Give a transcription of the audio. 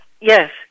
Yes